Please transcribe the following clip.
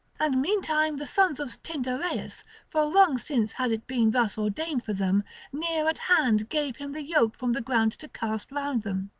and meantime the sons of tyndareus for long since had it been thus ordained for them near at hand gave him the yoke from the ground to cast round them.